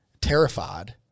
Terrified